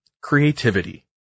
creativity